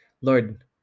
Lord